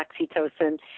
oxytocin